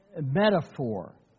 metaphor